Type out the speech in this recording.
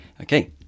okay